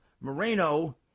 Moreno